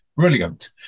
brilliant